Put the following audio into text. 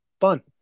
Fun